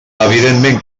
evidentment